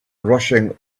rushing